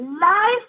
Life